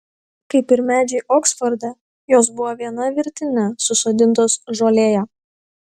kaip ir medžiai oksforde jos buvo viena virtine susodintos žolėje